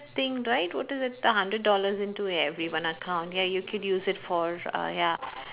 thing right what is it a hundred dollars into everyone account ya you could use it for uh ya